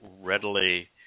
readily